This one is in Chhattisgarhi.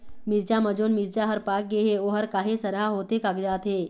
मिरचा म जोन मिरचा हर पाक गे हे ओहर काहे सरहा होथे कागजात हे?